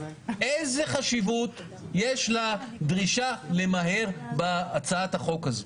איזו חשיבות יש לדרישה למהר בהצעת החוק הזו.